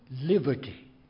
liberty